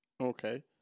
Okay